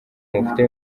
mufite